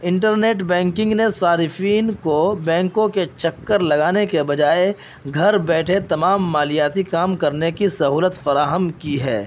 inter net banking نے صارفین کو بینکوں کے چکر لگانے کے بجائے گھر بیٹھے تمام مالیاتی کام کرنے کی سہولت فراہم کی ہے